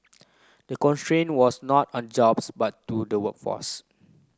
the constraint was not on jobs but due to the workforce